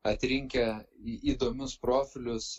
atrinkę į įdomius profilius